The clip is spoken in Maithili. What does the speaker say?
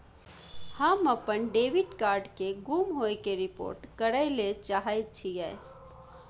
हम अपन डेबिट कार्ड के गुम होय के रिपोर्ट करय ले चाहय छियै